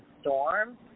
storm